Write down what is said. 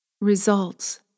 results